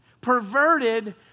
perverted